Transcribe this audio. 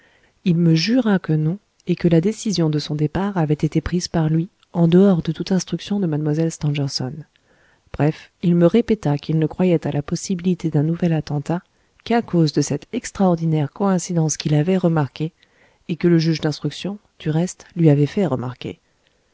il me jura que non et que la décision de son départ avait été prise par lui en dehors de toute instruction de mlle stangerson bref il me répéta qu'il ne croyait à la possibilité d'un nouvel attentat qu'à cause de cette extraordinaire coïncidence qu'il avait remarquée et que le juge d'instruction du reste lui avait fait remarquer